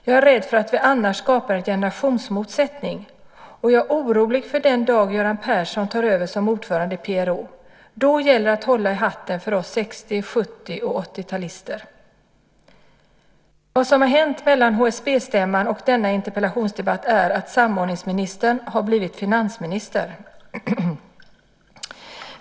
Jag är rädd för att vi annars skapar en generationsmotsättning. Och jag är orolig för den dag Göran Persson tar över som ordförande i PRO. Då gäller det att hålla i hatten för oss 60-, 70 och 80-talister. Vad som har hänt mellan HSB-stämman och denna interpellationsdebatt är att samordningsministern har blivit finansminister.